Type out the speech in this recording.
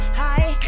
high